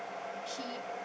he